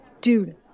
Dude